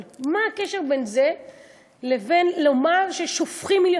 אבל מה הקשר בין זה לבין לומר ששופכים,